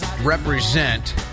represent